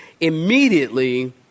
immediately